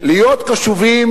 להיות קשובים,